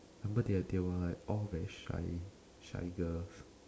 I remember they they were like all very shy shy girls